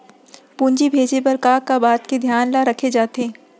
पूंजी भेजे बर का का बात के धियान ल रखे जाथे?